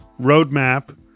roadmap